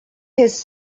his